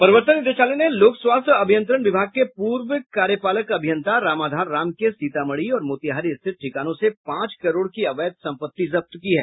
प्रवर्तन निदेशालय ने लोक स्वास्थ्य अभियंत्रण विभाग के पूर्व कार्यपालक अभियंता रामाधार राम के सीतामढ़ी और मोतिहारी स्थित ठिकानों से पांच करोड़ की अवैध संपत्ति जब्त की है